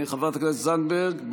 חברת הכנסת זנדברג?